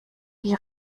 die